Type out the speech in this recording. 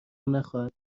نخواهد